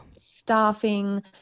Staffing